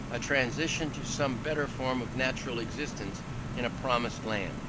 a transition to some better form of natural existence in a promised land,